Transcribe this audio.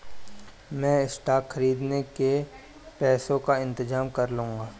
मैं स्टॉक्स खरीदने के पैसों का इंतजाम कर लूंगा